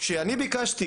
כשאני ביקשתי,